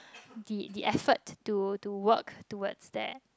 the the effort to to work towards that